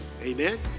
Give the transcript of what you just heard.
Amen